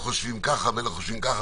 אחרת.